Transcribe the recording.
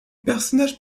personnages